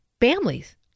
families